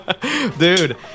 Dude